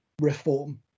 reform